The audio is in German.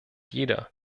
jeder